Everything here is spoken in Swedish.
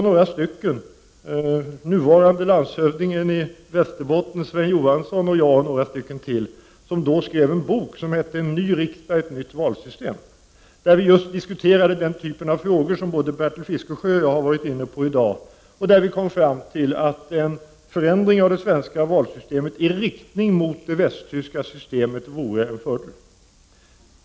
Nuvarande landshövdingen i Västerbotten Sven Johansson, jag och några till skrev då en bok med titeln ”En ny riksdag. Ett nytt valsystem”, där vi diskuterade just den typ av frågor som både Bertil Fiskesjö och jag har varit inne på i dag. Där kom vi fram till att en förändring av det svenska valsystemet i riktning mot det västtyska vore en fördel.